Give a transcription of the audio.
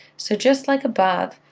so just like above,